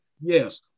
yes